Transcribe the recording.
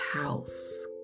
house